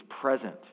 present